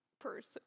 person